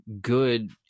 good